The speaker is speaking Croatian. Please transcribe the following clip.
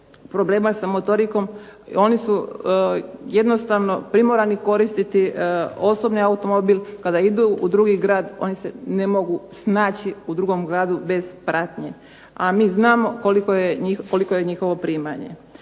problema sa motorikom oni su jednostavno primorani koristiti osobni automobil kada idu u drugi grad, oni se ne mogu snaći u drugom gradu bez pratnje, a mi znamo koliko je njihovo primanje.